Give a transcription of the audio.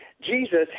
Jesus